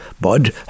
bud